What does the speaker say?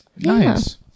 Nice